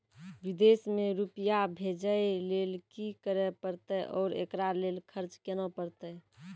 विदेश मे रुपिया भेजैय लेल कि करे परतै और एकरा लेल खर्च केना परतै?